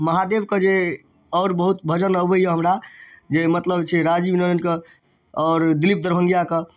महादेवके जे आओर बहुत भजन अबैए हमरा जे मतलब छै राजीव रंजनके आओर दिलीप दरभङ्गिआके